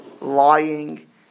lying